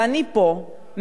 ואני פה,